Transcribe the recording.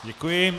Děkuji.